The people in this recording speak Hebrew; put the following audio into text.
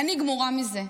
אני גמורה מזה.